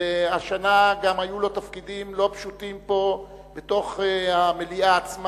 שהשנה היו לו תפקידים לא פשוטים פה בתוך המליאה עצמה,